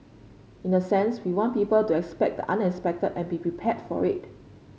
in a sense we want people to expect the unexpected and be prepared for it